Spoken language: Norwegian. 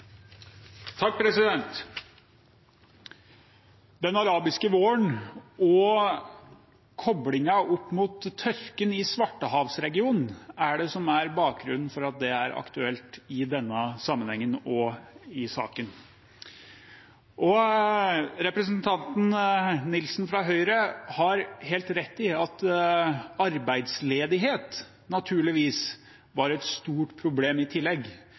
Den arabiske våren og koblingen til tørken i Svartehavsregionen er det som er bakgrunnen for at det er aktuelt i denne sammenhengen og i saken. Representanten Nilsen fra Høyre har helt rett i at arbeidsledighet naturligvis var et stort problem i tillegg.